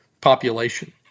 population